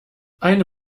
eine